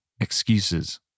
excuses